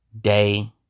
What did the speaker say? day